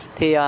Thì